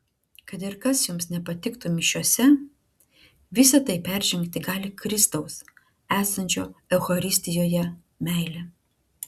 kad ir kas jums nepatiktų mišiose visa tai peržengti gali kristaus esančio eucharistijoje meilė